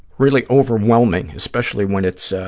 really overwhelming, especially when it's,